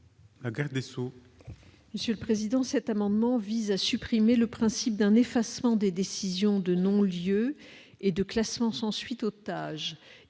la garde des sceaux.